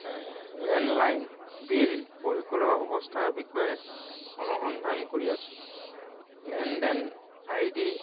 landline bill পৰিশোধৰ অৱস্থাৰ বিষয়ে অনুসন্ধান কৰি আছো লেনদেন আইডি